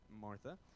Martha